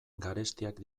garestiak